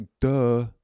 Duh